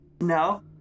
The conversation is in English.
no